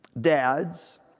dads